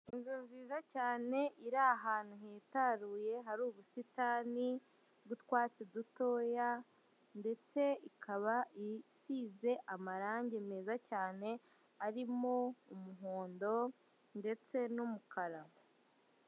Inzu nziza cyane iri ahantu hitaruye hari ubusitani bw'utwatsi dutoya, ndetse ikaba isize amarangi meza cyane arimo umuhondo ndetse n'umukara.